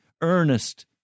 earnest